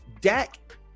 Dak